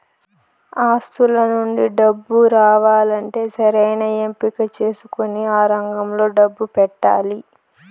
ఆస్తుల నుండి డబ్బు రావాలంటే సరైన ఎంపిక చేసుకొని ఆ రంగంలో డబ్బు పెట్టాలి